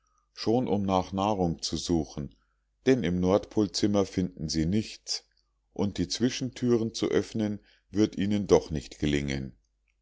schon um nach nahrung zu suchen denn im nordpolzimmer finden sie nichts und die zwischentüren zu öffnen wird ihnen doch nicht gelingen